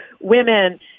women